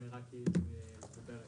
נראה כאילו היא מדברת.